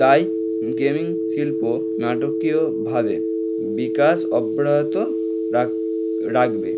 তাই গেমিং শিল্প নাটকীয়ভাবে বিকাশ অব্যাহত রাখবে